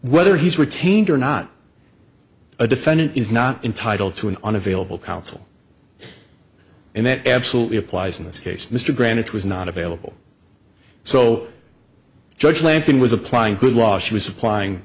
whether he's retained or not a defendant is not entitled to an on available counsel and that absolutely applies in this case mr grant it was not available so judge lane king was applying good law she was supplying